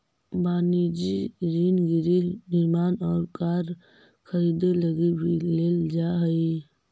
वनिजी ऋण गृह निर्माण और कार खरीदे लगी भी लेल जा हई